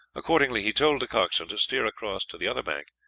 accordingly, he told the coxswain to steer across to the other bank,